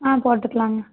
ஆ போட்டுக்கலாங்க